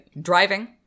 driving